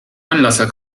anlasser